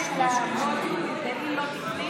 תקני?